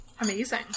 amazing